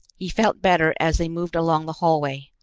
he felt better as they moved along the hallway,